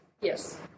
Yes